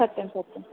सत्यं सत्यम्